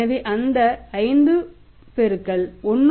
எனவே அந்த 5 பெருக்கல் 1